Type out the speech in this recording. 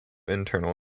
internal